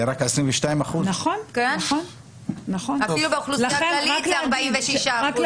זה רק 22%. אפילו באוכלוסייה הכללית זה 46%. נכון,